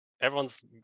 everyone's